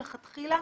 מלכתחילה,